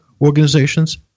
organizations